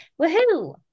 Woohoo